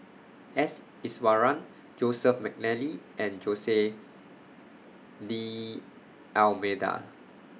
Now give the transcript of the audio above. S Iswaran Joseph Mcnally and Jose D'almeida